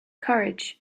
courage